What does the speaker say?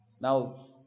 Now